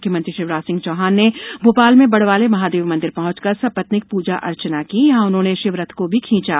म्ख्यमंत्री शिवराज सिंह चौहान ने भोपाल में बड़वाले महादेव मंदिर पहंचकर सपत्नीक पूजा अर्चना की यहां उन्होंने शिव रथ को भी खींचा